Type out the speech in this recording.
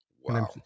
Wow